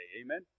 Amen